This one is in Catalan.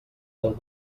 del